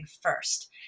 first